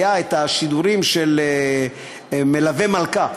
היו השידורים של מלווה מלכה.